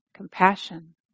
Compassion